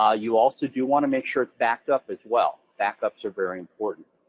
ah you also do want to make sure it's backed up as well, back ups are very important.